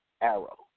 Arrow